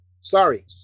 Sorry